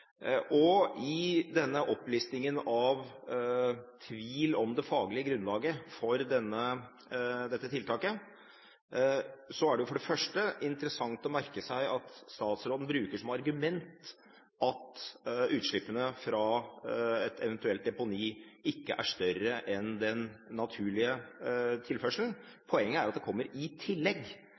I opplistingen av tvil om det faglige grunnlaget for dette tiltaket er det for det første interessant å merke seg at statsråden bruker som argument at utslippene fra et eventuelt deponi ikke er større enn den naturlige tilførselen. Poenget er at det kommer i tillegg